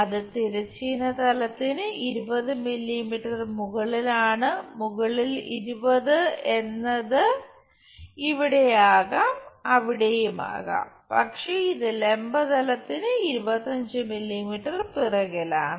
അത് തിരശ്ചീന തലത്തിനു 20 മില്ലിമീറ്റർ മുകളിലാണ് മുകളിൽ 20 എന്നത് ഇവിടെ ആകാം അവിടെയും ആകാം പക്ഷേ ഇത് ലംബ തലത്തിന് 25 മില്ലിമീറ്റർ പിറകിലാണ്